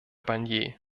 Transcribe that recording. barnier